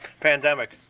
pandemic